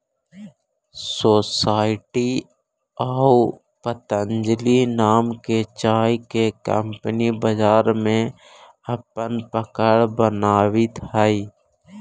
society आउ पतंजलि नाम के चाय के कंपनी बाजार में अपन पकड़ बनावित हइ